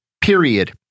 period